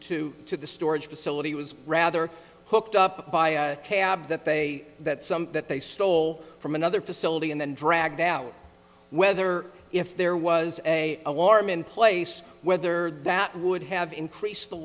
two to the storage facility was rather hooked up by cab that they that some that they stole from another facility and then dragged out whether if there was a alarm in place whether that would have increased the